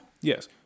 Yes